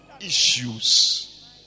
Issues